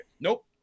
nope